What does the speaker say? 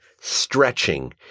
stretching